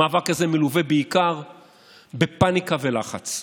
המאבק הזה מלווה בעיקר בפניקה ולחץ.